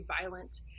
violent